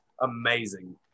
amazing